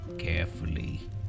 carefully